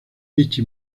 dicha